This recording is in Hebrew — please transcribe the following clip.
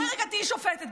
בואי רגע תהיי שופטת.